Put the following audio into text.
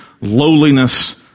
lowliness